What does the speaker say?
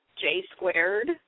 J-squared